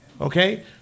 okay